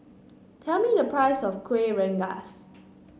tell me the price of Kuih Rengas